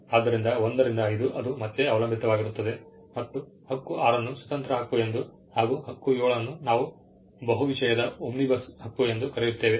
ಆದ್ದರಿಂದ 1 ರಿಂದ 5 ಅದು ಮತ್ತೆ ಅವಲಂಬಿತವಾಗಿರುತ್ತದೆ ಮತ್ತು ಹಕ್ಕು 6 ಅನ್ನು ಸ್ವತಂತ್ರ ಹಕ್ಕು ಎಂದು ಹಾಗೂ ಹಕ್ಕು 7 ಅನ್ನು ನಾವು ಬಹುವಿಷಯದ ಹಕ್ಕು ಎಂದು ಕರೆಯುತ್ತೇವೆ